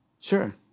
Sure